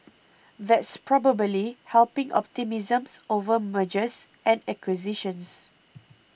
that's probably helping optimisms over mergers and acquisitions